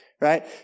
Right